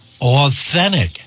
authentic